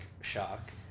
shock